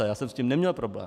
Já jsem s tím neměl problém.